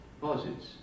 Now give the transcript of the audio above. posits